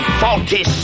faulty